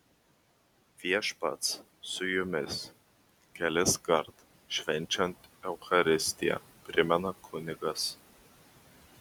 viešpats su jumis keliskart švenčiant eucharistiją primena kunigas